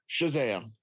Shazam